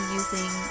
using